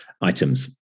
items